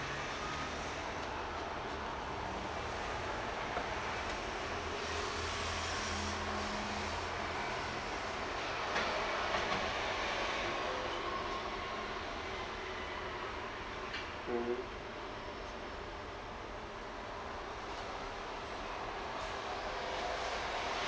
mmhmm